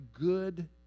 good